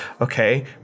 okay